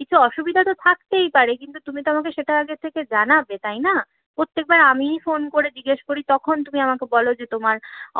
কিছু অসুবিধা তো থাকতেই পারে কিন্তু তুমি তো আমাকে সেটা আগে থেকে জানাবে তাই না প্রত্যেকবার আমিই ফোন করে জিজ্ঞাসা করি তখন তুমি আমাকে বলো যে তোমার